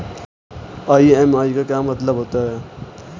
EMI का क्या मतलब होता है?